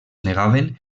negaven